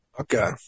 Okay